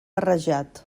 barrejat